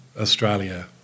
Australia